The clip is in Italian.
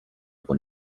con